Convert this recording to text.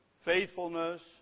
faithfulness